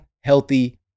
healthy